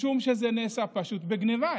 משום שזה נעשה פשוט בגנבה,